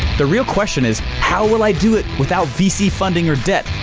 the real question is, how will i do it without vc funding or debt,